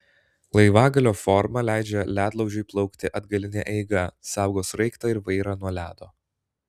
laivagalio forma leidžia ledlaužiui plaukti atgaline eiga saugo sraigtą ir vairą nuo ledo